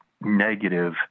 negative